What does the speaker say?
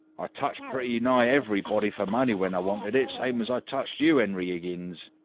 i touched pretty nigh everybody for money when i wanted it, same as i touched you, henry higgins.